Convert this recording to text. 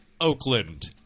Oakland